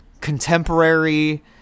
contemporary